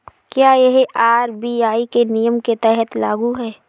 क्या यह आर.बी.आई के नियम के तहत लागू है?